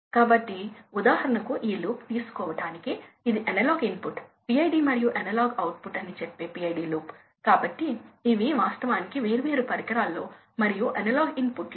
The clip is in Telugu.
ఇది ఇవ్వబడింది మీరు ఒక యూనిట్ ను ఎన్నుకోవాలి ఎందుకంటే ఇది ఒక అమెరికన్ రిఫరెన్స్ కాబట్టి ఇది గ్యాలన్స్ పర్ మినిట్